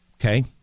Okay